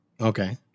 Okay